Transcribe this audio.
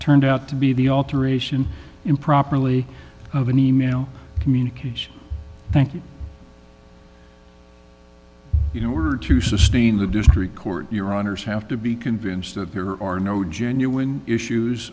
turned out to be the alteration improperly of an e mail communication thank you you know order to sustain the district court your honour's have to be convinced that there are no genuine issues